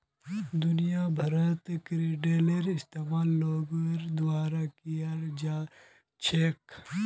दुनिया भरत क्रेडिटेर इस्तेमाल लोगोर द्वारा कियाल जा छेक